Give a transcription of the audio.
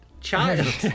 child